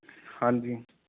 ਹਾਂਜੀ